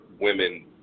women